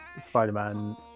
spider-man